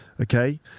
okay